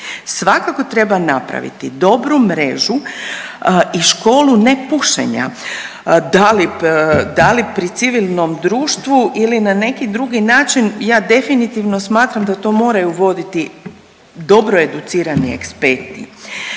Svakako treba napraviti dobru mrežu i školu nepušenja da li pri civilnom društvu ili na neki drugi način ja definitivno smatram da to moraju voditi dobro educirani eksperti.